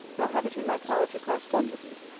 nor have it in my power to correspond with you.